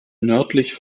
nördlich